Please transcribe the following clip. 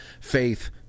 faith